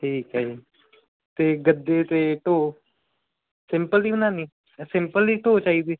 ਠੀਕ ਹੈ ਅਤੇ ਗੱਦੇ ਅਤੇ ਢੋਹ ਸਿੰਪਲ ਦੀ ਬਣਾਉਣੀ ਸਿੰਪਲ ਦੀ ਢੋਹ ਚਾਹੀਦੀ